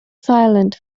silent